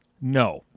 No